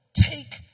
Take